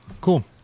Cool